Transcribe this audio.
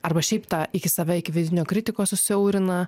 arba šiaip tą iki save iki vidinio kritiko susiaurina